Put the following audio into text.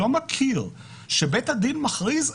לא מכיר שבית הדין מכריז,